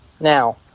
Now